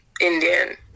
Indian